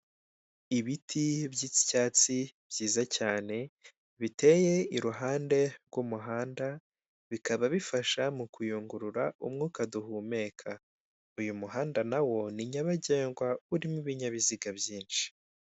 Ibiti by'icyatsi byiza cyane biteye iruhande rw'umuhanda, bikaba bifasha mu kuyungurura umwuka duhumeka uyu muhanda nawo ni nyabagendwa urimo ibinyabiziga byinshi.